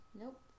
Nope